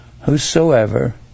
whosoever